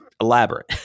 elaborate